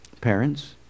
Parents